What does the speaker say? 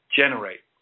generate